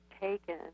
taken